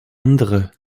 andere